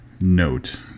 note